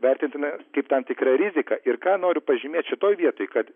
vertintina kaip tam tikra rizika ir ką noriu pažymėt šitoj vietoj kad